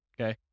okay